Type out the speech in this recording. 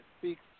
speaks